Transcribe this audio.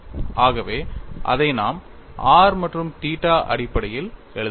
ஆகவே அதை நாம் r மற்றும் தீட்டா அடிப்படையில் எழுதுகிறோம்